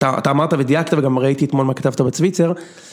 אתה אמרת ודייקת וגם ראיתי אתמול מה כתבת בטיווטר.